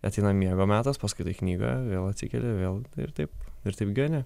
ateina miego metas paskaitai knygą vėl atsikeli vėl ir taip ir taip gyveni